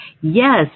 yes